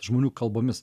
žmonių kalbomis